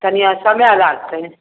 तनिए समय लागतै